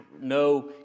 no